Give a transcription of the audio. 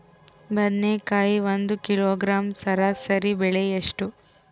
ಬದನೆಕಾಯಿ ಒಂದು ಕಿಲೋಗ್ರಾಂ ಸರಾಸರಿ ಬೆಲೆ ಎಷ್ಟು?